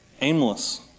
aimless